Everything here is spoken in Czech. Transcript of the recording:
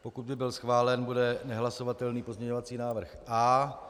Pokud by byl schválen, bude nehlasovatelný pozměňovací návrh A.